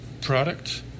product